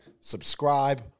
subscribe